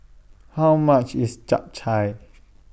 How much IS Chap Chai